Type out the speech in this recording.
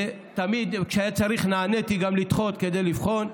ותמיד, כשהיה צריך, נעניתי גם לדחות כדי לבחון.